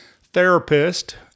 therapist